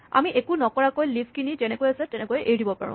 আমি একো নকৰাকৈ লিফ খিনি যেনেকে আছে তেনেকে এৰি দিব পাৰোঁ